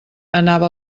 anava